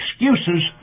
excuses